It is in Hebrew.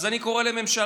אז אני קורא לממשלה,